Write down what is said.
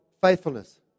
faithfulness